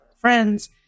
friends